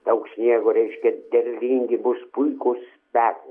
daug sniego reiškia derlingi bus puikūs metai